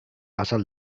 azal